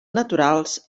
naturals